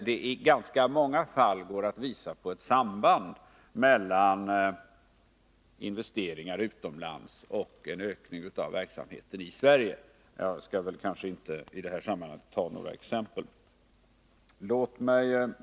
Och i ganska många fall går det att visa på ett samband mellan investeringar utomlands och en ökning av verksamheten i Sverige. Jag skall i detta sammanhang inte ta några exempel.